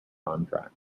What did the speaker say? contract